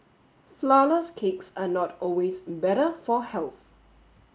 Flourless cakes are not always better for health